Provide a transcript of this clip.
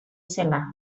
zela